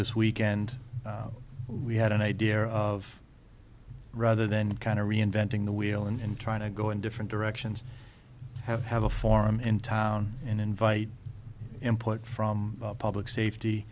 this weekend we had an idea of rather than kind of reinventing the wheel and trying to go in different directions have have a forum in town and invite import from public safety